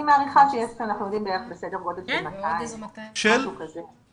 אני מעריכה שאנחנו יודעים על סדר גודל של 200. משהו כזה.